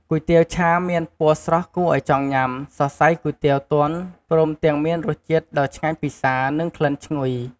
គុយទាវឆាមានពណ៌ស្រស់គួរឱ្យចង់ញ៉ាំ សរសៃគុយទាវទន់ ព្រមទាំងមានរសជាតិដ៏ឆ្ងាញ់ពិសា និងក្លិនឈ្ងុយ។